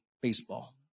baseball